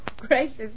gracious